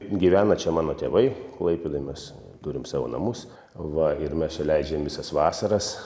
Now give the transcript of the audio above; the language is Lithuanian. gyvena čia mano tėvai klaipėdoj mes turim savo namus va ir mes čia leidžiam visas vasaras